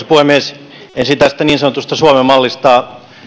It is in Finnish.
puhemies ensin tästä niin sanotusta suomen mallista